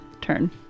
turn